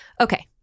okay